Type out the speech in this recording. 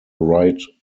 right